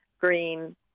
Green